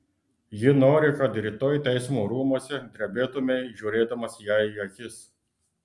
ji nori kad rytoj teismo rūmuose drebėtumei žiūrėdamas jai į akis